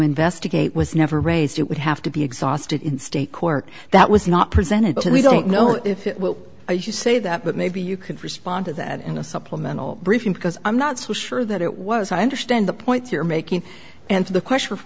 investigate was never raised it would have to be exhausted in state court that was not presented but we don't know if it will as you say that but maybe you could respond to that in a supplemental briefing because i'm not so sure that it was i understand the point you're making and the question for